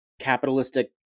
capitalistic